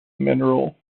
mineral